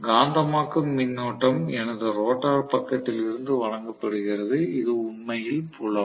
காந்தமாக்கும் மின்னோட்டம் எனது ரோட்டார் பக்கத்தில் இருந்து வழங்கப்படுகிறது இது உண்மையில் புலம்